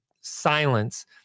silence